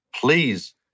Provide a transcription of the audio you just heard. Please